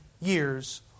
years